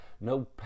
no